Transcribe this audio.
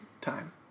time